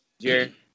Jerry